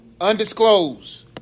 Undisclosed